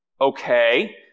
okay